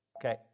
okay